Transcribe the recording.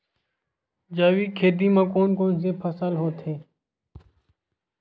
जैविक खेती म कोन कोन से फसल होथे?